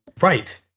Right